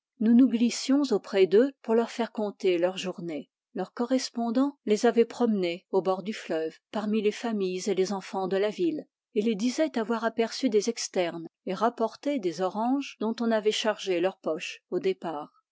nous nous glissions auprès d'eux pour leur faire conter leur journée leur correspondant les avait promenés au bord du fleuve parmi les familles et les enfants de la ville ils disaient avoir aperçu des externes et rapportaient des oranges dont on avait chargé leurs poches au départ